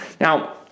now